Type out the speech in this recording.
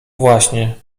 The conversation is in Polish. właśnie